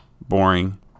boring